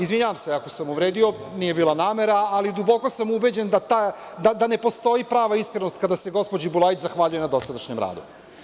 Izvinjavam se ako sam uvredio, nije bila namera, ali duboko sam ubeđen da ne postoji prava iskrenost kada se gospođi Bulajić zahvaljuje na dosadašnjem radu.